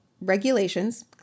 regulations